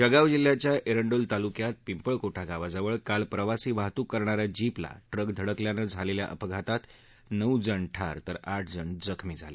जळगाव जिल्ह्याच्या एरंडोल तालुक्यात पिंपळकोठा गावाजवळ काल प्रवासी वाहतूक करणाऱ्या जीपला ट्रक धडकल्यानं झालेल्या अपघातात नऊ जण ठार तर आठ जण जखमी झाले